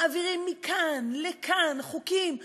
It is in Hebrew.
מעבירים מכאן לכאן חוקים,